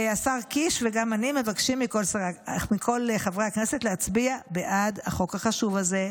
השר קיש וגם אני מבקשים מכל חברי הכנסת להצביע בעד החוק החשוב הזה.